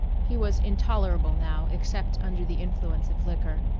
he was intolerable now except under the influence of liquor,